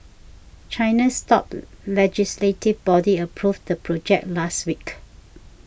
China's top legislative body approved the project last week